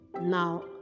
now